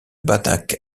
banach